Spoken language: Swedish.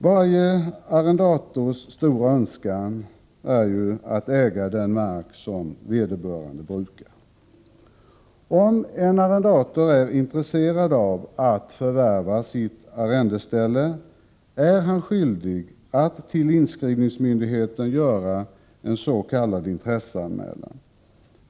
Varje arrendators stora önskan är att äga den mark som vederbörande brukar. Om en arrendator är intresserad av att förvärva sitt arrendeställe är han skyldig att till inskrivningsmyndigheten göra en s.k. intresseanmälan.